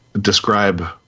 describe